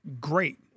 great